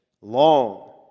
Long